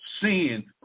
sin